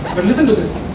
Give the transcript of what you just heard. but listen to this